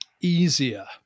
easier